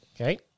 okay